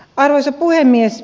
arvoisa puhemies